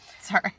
Sorry